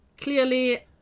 Clearly